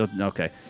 Okay